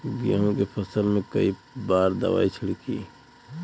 गेहूँ के फसल मे कई बार दवाई छिड़की?